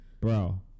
Bro